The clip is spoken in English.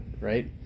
right